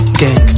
gang